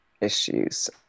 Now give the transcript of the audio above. issues